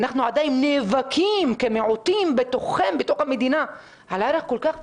אנחנו עדיין נאבקים כמיעוטים בתוך המדינה על ערך כל כך בסיסי,